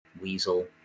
weasel